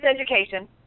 education